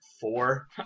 four